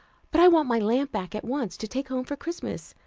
but i want my lamp back at once, to take home for christmas.